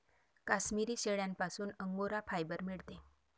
काश्मिरी शेळ्यांपासूनही angora fibre मिळते